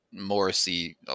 Morrissey